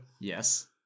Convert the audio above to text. Yes